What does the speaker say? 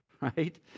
right